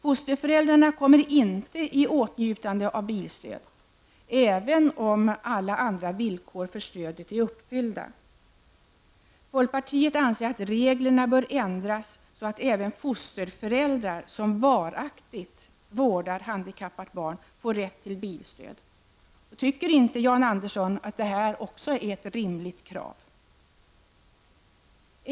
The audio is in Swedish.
Fosterföräldrarna kommer inte i åtnjutande av bilstöd, även om alla andra villkor för stödet är uppfyllda. Folkpartiet anser att reglerna bör ändras, så att även fosterföräldrar som varaktigt vårdar handikappat barn får rätt till bilstöd. Tycker inte Jan Andersson att också detta är ett rimligt krav?